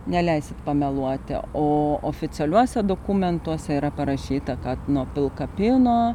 neleisit pameluoti o oficialiuose dokumentuose yra parašyta kad nuo pilkapyno